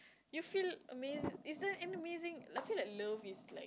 you feel amazing is there an amazing I feel love is like